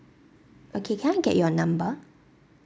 okay can I get your number